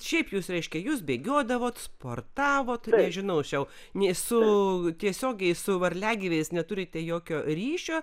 šiaip jūs reiškia jūs bėgiodavot sportavo turėjo nežinau čia jau nė su tiesiogiai su varliagyviais neturite jokio ryšio